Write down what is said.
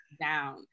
down